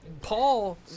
Paul